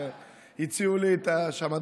הציעו לי שם.